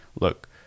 look